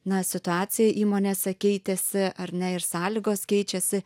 na situacija įmonėse keitėsi ar ne ir sąlygos keičiasi